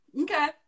Okay